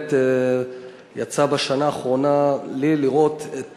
ובאמת יצא, בשנה האחרונה לי, לראות את